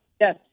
Yes